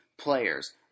players